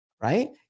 Right